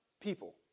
People